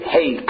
Hey